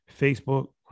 Facebook